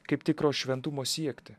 kaip tikro šventumo siekti